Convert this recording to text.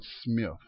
Smith